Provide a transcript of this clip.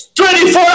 24